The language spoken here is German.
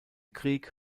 krieg